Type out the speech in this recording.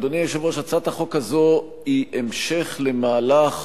אדוני היושב-ראש, הצעת החוק הזו היא המשך למהלך